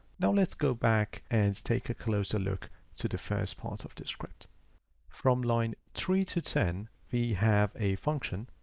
now let's go back and take a closer look to the first part of the script from line three to ten. we have a function,